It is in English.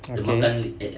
okay